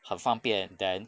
很方便 then